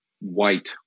white